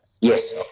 yes